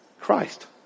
Christ